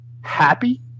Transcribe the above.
happy